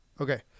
Okay